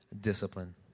discipline